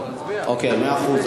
אוקיי, מאה אחוז.